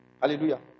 Hallelujah